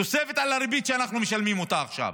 תוספת על הריבית שאנחנו משלמים אותה עכשיו.